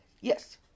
Yes